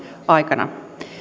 aikana